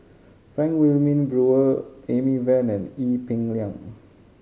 Frank Wilmin Brewer Amy Van and Ee Peng Liang